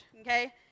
Okay